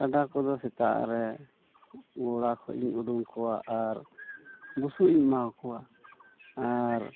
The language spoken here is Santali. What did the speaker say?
ᱠᱟᱰᱟ ᱠᱚᱫᱚ ᱥᱮᱛᱟᱜᱨᱮ ᱜᱚᱲᱟ ᱠᱷᱚᱱ ᱤᱧ ᱩᱰᱩᱝ ᱠᱚᱣᱟ ᱟᱨ ᱵᱩᱥᱩᱵ ᱤᱧ ᱮᱢᱟᱣ ᱟᱠᱚᱣᱟ ᱟᱨ